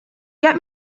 get